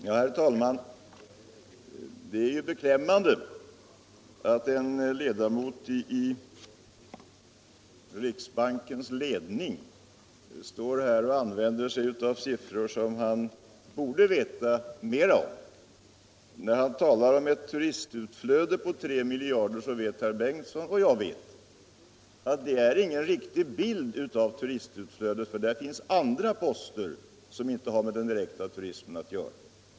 Herr talman! Det är beklämmande att en ledamot av riksbankens ledning använder siffror på ett missvisande sätt. När herr förste vice talmannen Bengtson talar om ett turistutflöde på 3 miljarder vet han lika väl som jag att i den summan ingår också poster som inte har med den direkta turismen att göra.